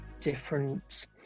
different